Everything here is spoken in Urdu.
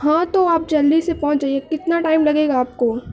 ہاں تو آپ جلدی سے پہنچ جائیے کتنا ٹائم لگے گا آپ کو